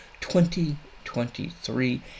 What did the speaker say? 2023